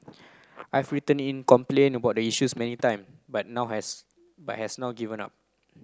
I've written in to complain about the issues many times but not has but has now given up